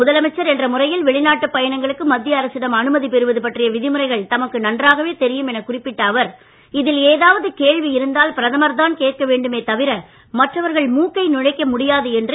முதலமைச்சர் என்ற முறையில் வெளிநாட்டு பயணங்களுக்கு மத்திய அரசிடம் அனுமதி பெறுவது பற்றிய விதிமுறைகள் தமக்கு நன்றாகவே தெரியும் எனக் குறிப்பிட்ட அவர் இதில் ஏதாவது கேள்வி இருந்தால் பிரதமர்தான் கேட்க வேண்டுமே தவிர மற்றவர்கள் மூக்கை நுழைக்க முடியாது என்று திரு